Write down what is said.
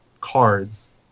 cards